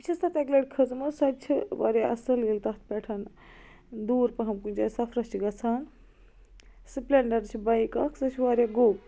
بہٕ چھَس تَتھ اَکہِ لٹہِ کھٔژمٕژ سۄ چھِ وارِیاہ اَصٕل ییٚلہِ تَتھ پٮ۪ٹھ دوٗر پَہم کُنہِ جایہِ سَفرس چھِ گَژھان سپلینٛڈر چھِ بایک اَکھ سۄ چھِ وارِیاہ گوٚب